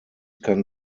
kann